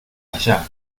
allá